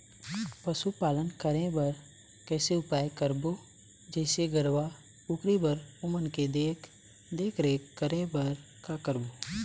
पशुपालन करें बर कैसे उपाय करबो, जैसे गरवा, कुकरी बर ओमन के देख देख रेख करें बर का करबो?